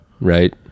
Right